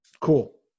Cool